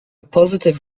positive